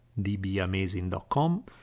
dbamazing.com